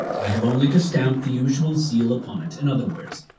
i have only to stamp the usual seal upon it. in other words,